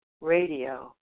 radio